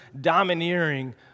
domineering